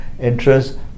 interest